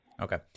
Okay